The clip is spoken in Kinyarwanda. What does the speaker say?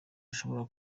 ashobora